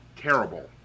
terrible